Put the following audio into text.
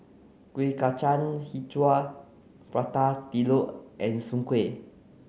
Kueh Kacang Hijau Prata Telur and Soon Kueh